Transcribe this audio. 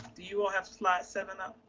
you all have slide seven up?